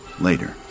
later